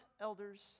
elders